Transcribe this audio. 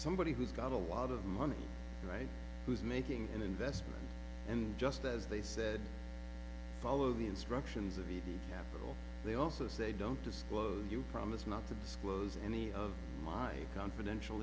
somebody who's got a lot of money right who's making an investment and just as they said follow the instructions of the apple they also say don't disclose you promise not to disclose any of my confidential